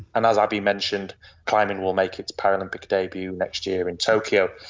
and as abbie mentioned climbing will make its paralympic debut next year in tokyo.